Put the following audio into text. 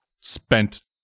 spent